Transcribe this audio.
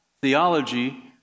theology